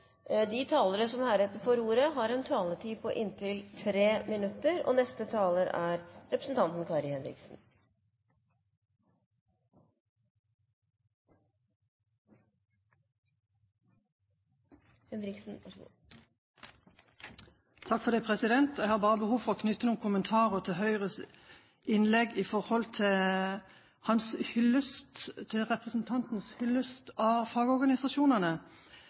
De talere som heretter får ordet, har en taletid på inntil 3 minutter. Jeg har bare behov for å knytte noen kommentarer til innlegget fra representanten Røe Isaksen fra Høyre og hans hyllest til fagorganisasjonene.